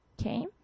okay